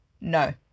No